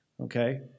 okay